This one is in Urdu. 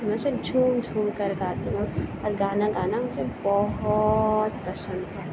تو میں اُسے جھوم جھوم كر گاتی ہوں اور گانا گانا مجھے بہت پسند ہے